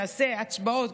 נעשה הצבעות,